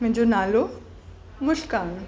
मुंहिंजो नालो मुश्कान